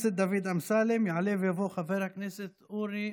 לא מכירים.